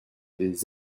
des